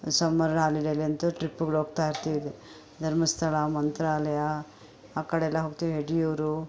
summer ಹಾಲಿಡೇಲಿ ಅಂತು ಟ್ರಿಪ್ಪುಗಳೋಗ್ತಾಯಿರ್ತೀವಿ ಧರ್ಮಸ್ಥಳ ಮಂತ್ರಾಲಯ ಆ ಕಡೆಯೆಲ್ಲ ಹೋಗ್ತೀವಿ ಯಡಿಯೂರು